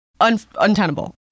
untenable